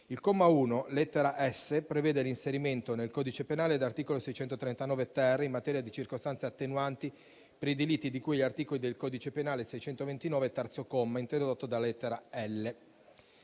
Il comma 1, lettera *s)*, prevede l'inserimento nel codice penale dell'articolo 639-*ter* in materia di circostanze attenuanti per i delitti di cui all'articolo del codice penale 629, terzo comma, introdotto dalla lettera